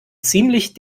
ziemlich